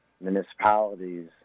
municipalities